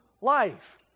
life